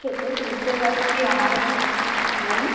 সে তো বুঝতে পারছি আমাদেরও বলুন